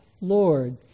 Lord